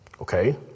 Okay